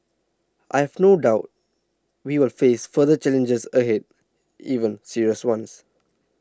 I have no doubt we will face further challenges ahead even serious ones